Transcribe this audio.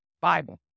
Bible